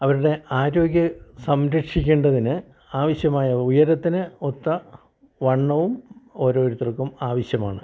അവരുടെ ആരോഗ്യ സംരക്ഷിക്കേണ്ടതിന് ആവശ്യമായ ഉയരത്തിന് ഒത്ത വണ്ണവും ഓരോരുത്തർക്കും ആവശ്യമാണ്